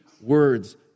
words